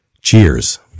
Cheers